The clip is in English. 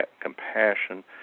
compassion